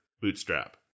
Bootstrap